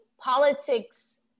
politics